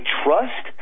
trust